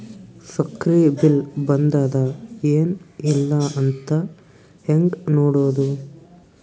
ಸಕ್ರಿ ಬಿಲ್ ಬಂದಾದ ಏನ್ ಇಲ್ಲ ಅಂತ ಹೆಂಗ್ ನೋಡುದು?